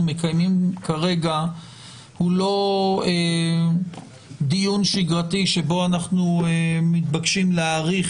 מקיימים כרגע הוא לא דיון שגרתי בו אנחנו מתבקשים להאריך